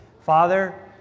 Father